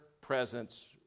presence